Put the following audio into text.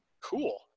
cool